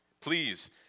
please